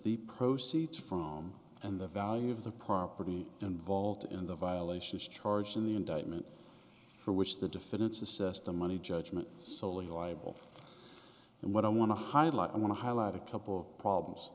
the proceeds from and the value of the property involved in the violation is charged in the indictment for which the defendants assessed the money judgment solely liable and what i want to highlight i want to highlight a couple of problems